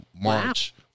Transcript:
March